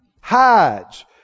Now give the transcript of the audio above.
hides